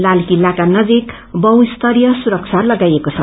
ताल कित्ताका नजीक बहु स्तरीय सुरक्षा लगाईएको छ